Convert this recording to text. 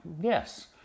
yes